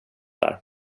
där